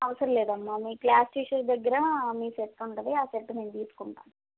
అవసరలేదమ్మ మీ class teacher దగ్గరా మీ సెట్టు ఉంటుంది ఆ సెట్ నేను తీసుకుంటాను